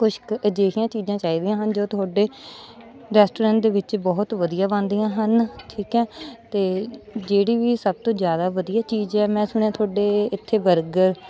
ਕੁਛ ਕੁ ਅਜਿਹੀਆਂ ਚੀਜ਼ਾਂ ਚਾਹੀਦੀਆਂ ਹਨ ਜੋ ਤੁਹਾਡੇ ਰੈਸਟੋਰੈਂਟ ਦੇ ਵਿੱਚ ਬਹੁਤ ਵਧੀਆ ਬਣਦੀਆਂ ਹਨ ਠੀਕ ਹੈ ਅਤੇ ਜਿਹੜੀ ਵੀ ਸਭ ਤੋਂ ਜ਼ਿਆਦਾ ਵਧੀਆ ਚੀਜ਼ ਹੈ ਮੈਂ ਸੁਣਿਆ ਤੁਹਾਡੇ ਇੱਥੇ ਬਰਗਰ